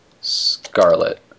Scarlet